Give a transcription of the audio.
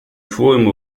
forma